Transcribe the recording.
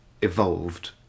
evolved